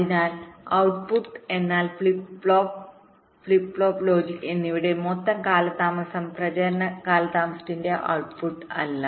അതിനാൽ outputട്ട്പുട്ട് എന്നാൽ flip flop flip flop logic എന്നിവയുടെ മൊത്തം കാലതാമസം പ്രചരണ കാലതാമസത്തിന്റെ ഔട്ട്പുട് അല്ല